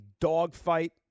dogfight